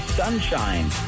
sunshine